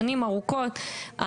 שנים ארוכות,